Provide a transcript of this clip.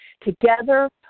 Together